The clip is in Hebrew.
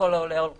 ככל העולה על רוחם.